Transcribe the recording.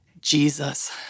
Jesus